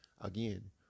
again